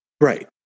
Right